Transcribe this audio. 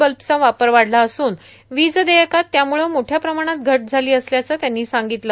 बल्बचा वापर वाढला असून वीज देयकात त्यामुळं मोठ्या प्रमाणात घट झाली असल्याचं त्यांनी सांगितलं